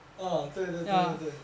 orh 对对对对对